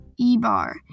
Ebar